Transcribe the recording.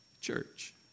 Church